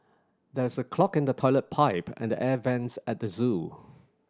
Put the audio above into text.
there is a clog in the toilet pipe and the air vents at the zoo